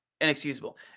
Inexcusable